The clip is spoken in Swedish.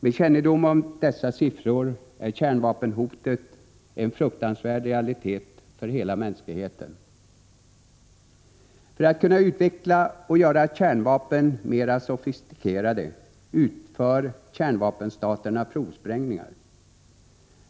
Med kännedom om dessa siffror förstår vi att kärnvapenhotet är en fruktansvärd realitet för hela mänskligheten. För att kunna utveckla och göra kärnvapnen mera sofistikerade utför kärnvapenstaterna provsprängningar.